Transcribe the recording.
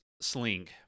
sling